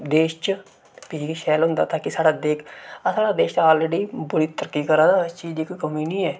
देश च ते इ'यै शैल होंदा क्योंकि साढ़ा देश आलरड़ी तरक्की करै दा इस चीज दी कोई कमी निं ऐ